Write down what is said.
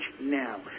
now